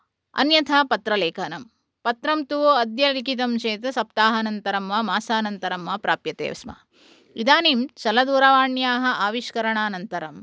अन्यथा पत्रलेखनम् पत्रं तु अद्य लिखितं चेत् सप्ताहानन्तरं वा मासानन्तरं वा प्राप्यते स्म इदानीं चलदूरवाण्याः आविष्करणानन्तरम्